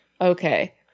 Okay